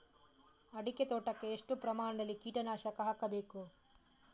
ಅಡಿಕೆ ತೋಟಕ್ಕೆ ಎಷ್ಟು ಪ್ರಮಾಣದಲ್ಲಿ ಕೀಟನಾಶಕ ಹಾಕಬೇಕು?